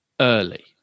early